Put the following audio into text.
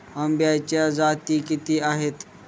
आंब्याच्या जाती किती आहेत?